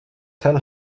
tell